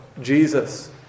Jesus